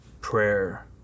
prayer